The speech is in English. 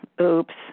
oops